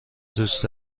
دوست